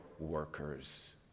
Workers